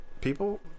people